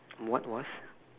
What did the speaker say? what was